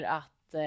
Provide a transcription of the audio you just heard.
att